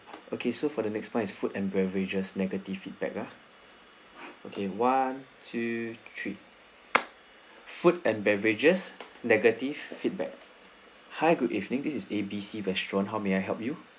okay so for the next [one] is food and beverages negative feedback ah okay one two three food and beverages negative feedback hi good evening this is A B C restaurant how may I help you